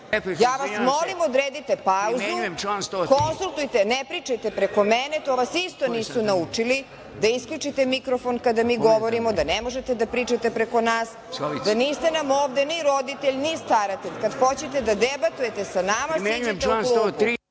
član 103. **Marinika Tepić** Ne pričajte preko mene, to vas isto nisu naučili da isključite mikrofon kada mi govorimo, da ne možete da pričate preko nas, da niste nam ovde ni roditelj, ni staratelj. Kad hoćete da debatujete sa nama siđite u klupu.